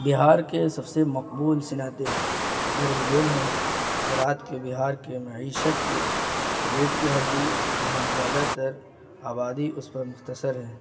بہار کے سب سے مقبول صنعتیں درزدیل ہیں زراعت کے بہار کے معیشت کے ریٹ کی ہڈی جہاں زیادہ تر آبادی اس پر مختصر ہیں